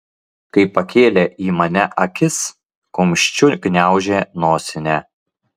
kai pakėlė į mane akis kumščiu gniaužė nosinę